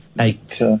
eight